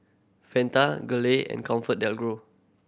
Fanta Gelare and ComfortDelGro